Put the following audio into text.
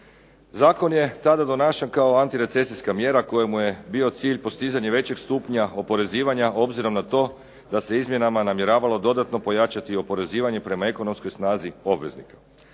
Zakon je tada donašan kao antirecesijska mjera kojemu je bio cilj postizanje većeg stupnja oporezivanja obzirom na to da se izmjenama namjeravalo dodatno pojačati oporezivanje prema ekonomskoj snazi obveznika.